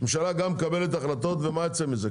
הממשלה מקבלת החלטות ומה יוצא מזה?